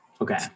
Okay